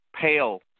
pale